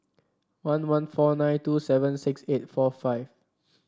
one one four nine two seven six eight four five